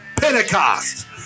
Pentecost